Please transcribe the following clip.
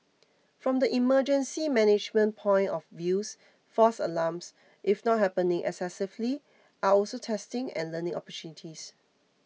from the emergency management point of views false alarms if not happening excessively are also testing and learning opportunities